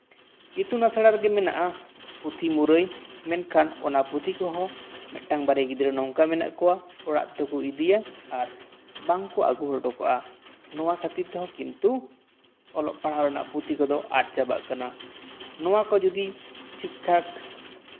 ᱤᱛᱩᱱ ᱟᱥᱲᱟ ᱨᱮᱜᱮ ᱢᱮᱱᱟᱜᱼᱟ ᱯᱩᱸᱛᱷᱤ ᱢᱩᱨᱟᱹᱭ ᱢᱮᱱᱠᱷᱟᱱ ᱚᱱᱟ ᱯᱩᱛᱷᱤ ᱠᱚᱦᱚᱸ ᱢᱤᱫᱴᱟᱝᱼᱵᱟᱨᱭᱟ ᱜᱤᱫᱽᱨᱟᱹ ᱱᱚᱝᱠᱟ ᱢᱮᱱᱟᱜ ᱠᱚᱣᱟ ᱚᱲᱟᱜ ᱛᱮᱠᱚ ᱤᱫᱤᱭᱟ ᱟᱨ ᱵᱟᱝᱠᱚ ᱟᱜᱩ ᱦᱚᱴᱚ ᱠᱟᱜᱼᱟ ᱱᱚᱣᱟ ᱠᱷᱟᱛᱤᱨ ᱛᱮᱦᱚᱸ ᱠᱤᱱᱛᱩ ᱚᱞᱚᱜ ᱯᱟᱲᱦᱟᱜ ᱨᱮᱱᱟᱜ ᱯᱩᱛᱷᱤ ᱠᱚᱫᱚ ᱟᱫ ᱪᱟᱵᱟᱜ ᱠᱟᱱᱟ ᱱᱚᱣᱟ ᱠᱚ ᱡᱩᱫᱤ ᱴᱷᱤᱠᱼᱴᱷᱟᱠ